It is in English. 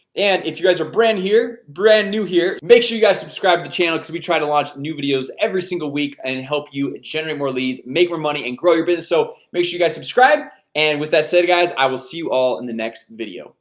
and if you guys are brand here brand new here make sure you guys subscribe to channel cuz we try to launch the new videos every single week and help you generate more leads make more money and grow your business. so make sure you guys subscribe and with that said guys, i will see you all in the next video